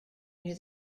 near